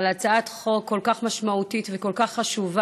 על הצעת חוק כל כך משמעותית וכל כך חשובה.